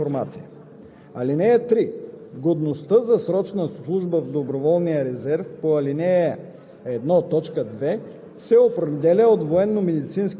които да се заемат от български граждани с двойно гражданство, при спазване на изискванията на Закона за защита на класифицираната информация.